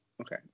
Okay